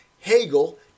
Hegel